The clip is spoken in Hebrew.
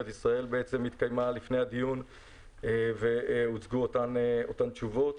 ישראל התקיימה לפני הדיון והוצגו אותן תשובות.